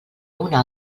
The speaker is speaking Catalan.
una